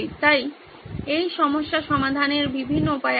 তাই এই সমস্যা সমাধানের বিভিন্ন উপায় আছে